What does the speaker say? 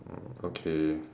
oh okay